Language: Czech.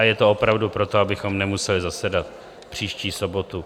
Je to opravdu proto, abychom nemuseli zasedat příští sobotu.